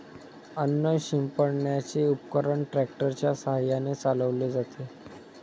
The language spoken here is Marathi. अन्न शिंपडण्याचे उपकरण ट्रॅक्टर च्या साहाय्याने चालवले जाते